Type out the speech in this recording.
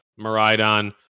Maridon